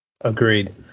Agreed